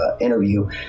interview